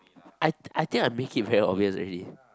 I I think I make it very obvious already